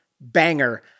banger